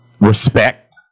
respect